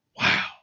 Wow